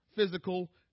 physical